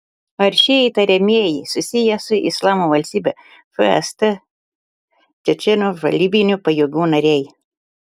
ar šie įtariamieji susiję su islamo valstybe fst čečėnų žvalgybinių pajėgų nariai